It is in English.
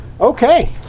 Okay